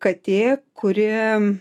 katė kuri